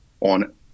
on